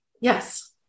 Yes